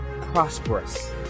prosperous